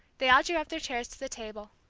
they all drew up their chairs to the table.